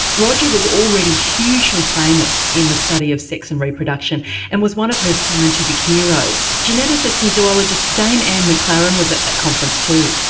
roger was already hugely famous in the study of sex and reproduction and was one of her scientific heroes. geneticist and zoologist dame anne mclaren was at that conference too.